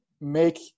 make